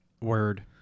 Word